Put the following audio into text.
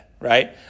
right